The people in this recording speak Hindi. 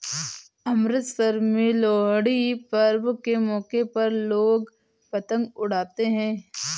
अमृतसर में लोहड़ी पर्व के मौके पर लोग पतंग उड़ाते है